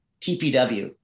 TPW